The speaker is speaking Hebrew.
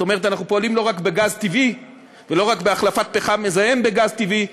אנחנו פועלים לא רק בגז טבעי ולא רק בהחלפת פחם מזהם בגז טבעי,